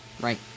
right